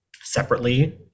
separately